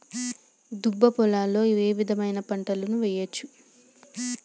దుబ్బ పొలాల్లో ఏ విధమైన పంటలు వేయచ్చా?